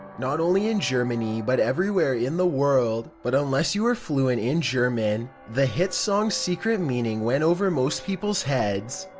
not only in germany, but everywhere in the world. but, unless you were fluent in german, the hit's um secret meaning went over most people's heads.